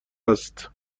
است